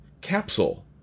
capsule